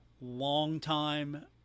longtime